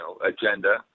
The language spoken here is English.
agenda